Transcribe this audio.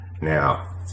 Now